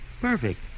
perfect